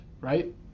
right